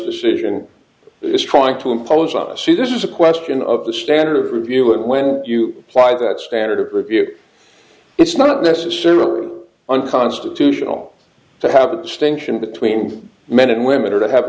decision is trying to impose on a suit this is a question of the standard of review when you apply that standard of review it's not necessarily unconstitutional to have a distinction between men and women or to have a